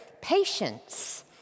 patience